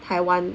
台湾